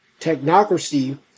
technocracy